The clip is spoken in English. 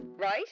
Right